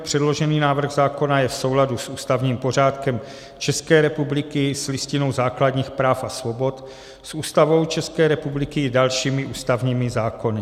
Předložený návrh zákona je v souladu s ústavním pořádkem České republiky, s Listinou základních práv a svobod, s Ústavou České republiky i dalšími ústavními zákony.